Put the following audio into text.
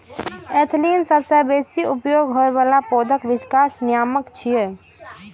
ethylene सबसं बेसी उपयोग होइ बला पौधा विकास नियामक छियै